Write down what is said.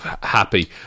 Happy